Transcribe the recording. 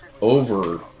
over